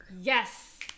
yes